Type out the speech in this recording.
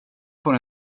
får